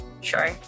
Sure